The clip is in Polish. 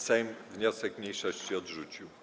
Sejm wniosek mniejszości odrzucił.